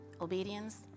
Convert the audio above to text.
obedience